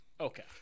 Okay